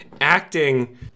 acting